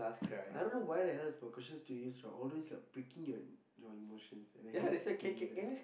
I don't why the hell is my questions to you are all those like picking you your emotions and I hate to do that